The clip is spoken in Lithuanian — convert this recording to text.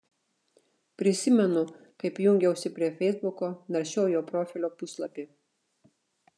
prisimenu kaip jungiausi prie feisbuko naršiau jo profilio puslapį